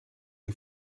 die